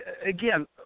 Again